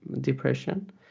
depression